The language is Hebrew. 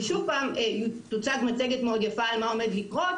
ושוב פעם תוצג מצגת מאוד יפה על מה עומד לקרות,